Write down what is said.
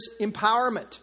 empowerment